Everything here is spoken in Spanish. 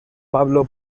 pablo